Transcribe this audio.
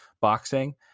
boxing